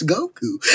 Goku